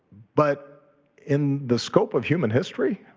but in the scope of human history,